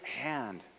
hand